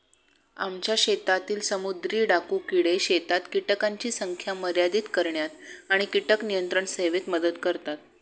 आमच्या शेतातील समुद्री डाकू किडे शेतात कीटकांची संख्या मर्यादित करण्यात आणि कीटक नियंत्रण सेवेत मदत करतात